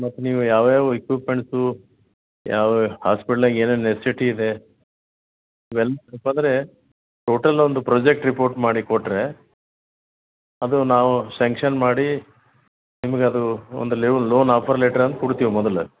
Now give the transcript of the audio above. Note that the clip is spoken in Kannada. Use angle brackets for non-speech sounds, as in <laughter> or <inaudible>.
ಮತ್ತು ನೀವು ಯಾವ ಯಾವ ಎಕ್ಯುಪ್ಮೆಂಟ್ಸು ಯಾವ್ಯಾವ ಹಾಸ್ಪಿಟಲ್ನಾಗ ಏನೇನು ನೆಸ್ಸಿಟಿ ಇದೆ <unintelligible> ಟೋಟಲ್ ಒಂದು ಪ್ರೊಜೆಕ್ಟ್ ರಿಪೋರ್ಟ್ ಮಾಡಿಕೊಟ್ಟರೆ ಅದು ನಾವು ಸ್ಯಾಂಕ್ಷನ್ ಮಾಡಿ ನಿಮ್ಗೆ ಅದು ಒಂದು <unintelligible> ಲೋನ್ ಆಫರ್ ಲೆಟ್ರ್ ಅಂತ ಕೊಡ್ತೀವಿ ಮೊದಲು